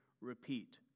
repeat